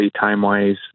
time-wise